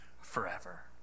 forever